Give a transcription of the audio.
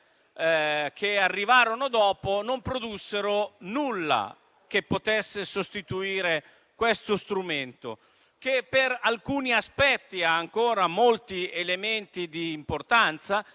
che arrivarono dopo non produssero nulla che potesse sostituire questo strumento che, per alcuni aspetti, ha ancora molti elementi di importanza.